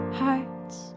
hearts